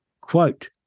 quote